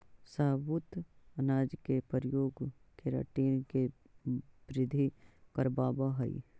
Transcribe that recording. साबुत अनाज के प्रयोग केराटिन के वृद्धि करवावऽ हई